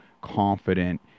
confident